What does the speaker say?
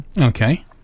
Okay